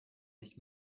nicht